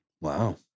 Wow